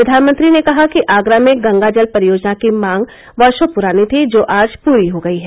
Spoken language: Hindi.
प्रधानमंत्री ने कहा कि आगरा में गंगा जल परियोजना की मांग वर्षो पुरानी थी जो आज पूरी हो गयी है